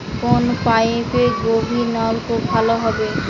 কোন পাইপে গভিরনলকুপ ভালো হবে?